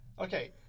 Okay